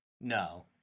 No